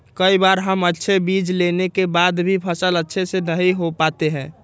कई बार हम अच्छे बीज लेने के बाद भी फसल अच्छे से नहीं हो पाते हैं?